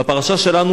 בפרשה שלנו,